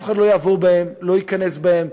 אף אחד לא יעבור בהם, לא ייכנס בהם.